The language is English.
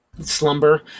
slumber